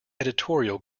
editorial